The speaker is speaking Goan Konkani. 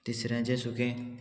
तिसऱ्यांचे सुकें